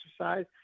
exercise